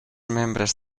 membres